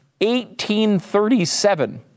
1837